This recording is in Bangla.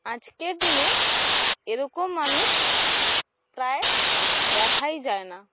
আজকের দিনে এরকম মানুষ প্রায় দেখাই যায় না